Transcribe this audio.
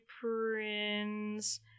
Prince